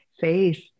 faith